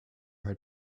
her